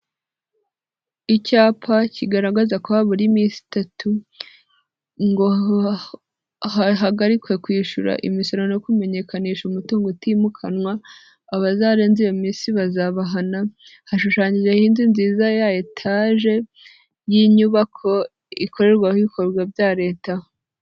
Icyapa kigaragaza ko habura iminsi itatu ngo hahagarikwe kwishyura imisoro no kumenyekanisha umutungo utimukanwa, abazarenze iyo minsi bazabahana, hashushanyijweho inzu nziza ya etage y'inyubako ikorerwamo ibikorwa bya leta.